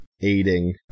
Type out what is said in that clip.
aiding